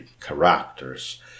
characters